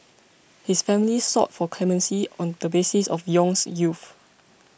his family sought for clemency on the basis of Yong's youth